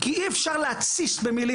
כי אי אפשר להתסיס במילים.